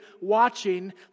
watching